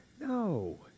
No